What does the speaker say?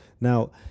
Now